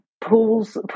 pools